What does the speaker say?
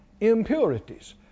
impurities